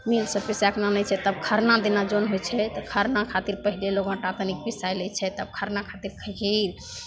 मिलसे पिसैके आनै छै तब खरना दिना जौन होइ छै खरना खातिर पहिले लोक आटा तनिक पिसै लै छै तब खरना खातिर खीर